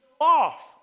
off